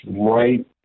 right